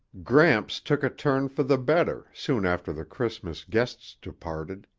gramps took a turn for the better soon after the christmas guests departed,